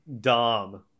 dom